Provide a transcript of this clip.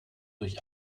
durch